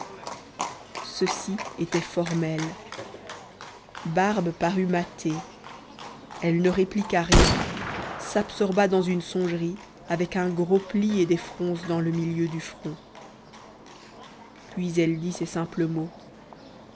ceci était formel barbe parut matée elle ne répliqua rien s'absorba dans une songerie avec un gros pli et des fronces dans le milieu du front puis elle dit ces simples mots